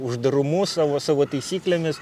uždarumu savo savo taisyklėmis